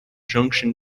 junction